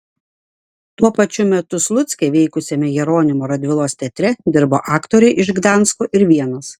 tuo pačiu metu slucke veikusiame jeronimo radvilos teatre dirbo aktoriai iš gdansko ir vienos